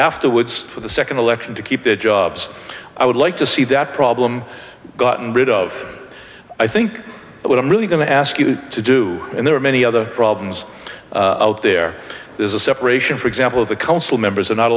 afterwards for the second election to keep their jobs i would like to see that problem gotten rid of i think what i'm really going to ask you to do and there are many other problems out there there's a separation for example the council members are not